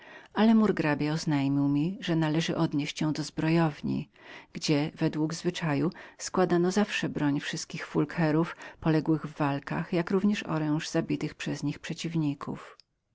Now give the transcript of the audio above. ale murgrabia oznajmił mi że należało odnieść ją do zbrojowni gdzie według zwyczaju składano zawsze broń wszystkich fulquierów poległych w walkach jak równie oręż zabitych przez nich przeciwników